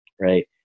right